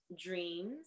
dreams